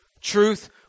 truth